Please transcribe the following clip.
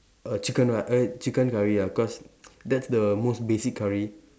err chicken ri~ err chicken curry ah cause that's the most basic curry